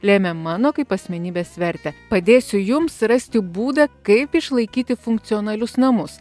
lėmė mano kaip asmenybės vertę padėsiu jums rasti būdą kaip išlaikyti funkcionalius namus